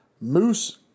Moose